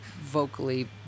vocally